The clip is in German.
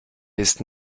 bist